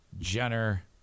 Jenner